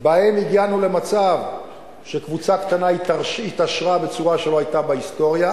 הגענו למצב שקבוצה קטנה התעשרה בצורה שלא היתה בהיסטוריה,